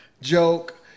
joke